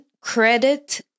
credit